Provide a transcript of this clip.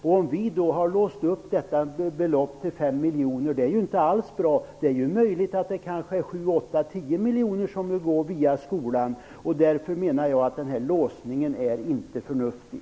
Om vi då har låst oss vid beloppet 5 miljoner, är det inte alls bra. Det är möjligt att 7, 8, eller 10 miljoner kommer att gå via skolan, och jag menar därför att denna låsning inte är förnuftig.